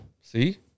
See